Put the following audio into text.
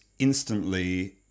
instantly